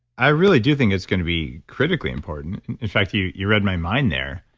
i really do think it's going to be critically important. in fact you you read my mind there.